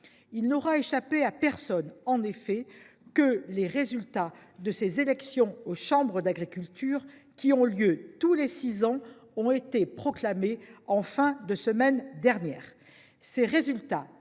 Il n’aura échappé à personne que les résultats de ces élections aux chambres d’agriculture, qui ont lieu tous les six ans, ont été proclamés en fin de semaine dernière.